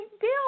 deal